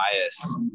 bias